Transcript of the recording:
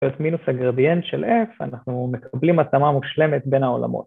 זאת אומרת מינוס הגרדיאנט של f, אנחנו מקבלים התאמה מושלמת בין העולמות.